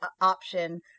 option